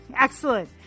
Excellent